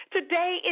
Today